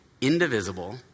indivisible